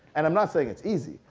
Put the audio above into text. and i'm not saying it's easy,